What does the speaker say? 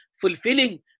fulfilling